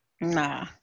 Nah